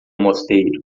mosteiro